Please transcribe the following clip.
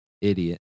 Idiot